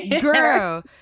girl